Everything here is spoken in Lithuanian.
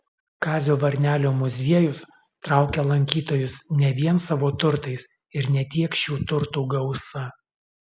kazio varnelio muziejus traukia lankytojus ne vien savo turtais ir ne tiek šių turtų gausa